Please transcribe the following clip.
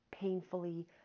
painfully